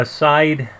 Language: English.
Aside